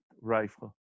rifle